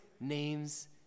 name's